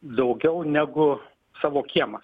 daugiau negu savo kiemą